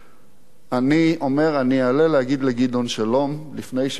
אומר: אני אעלה להגיד לגדעון שלום לפני שאני יורד מהתפקיד.